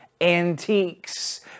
antiques